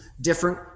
different